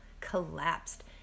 collapsed